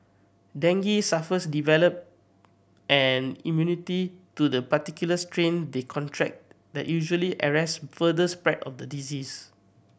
dengue sufferers develop an immunity to the particular strain they contract that usually arrest further spread of the disease